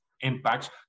impacts